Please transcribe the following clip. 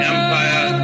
Empire